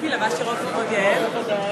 לשבת.